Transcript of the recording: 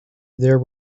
there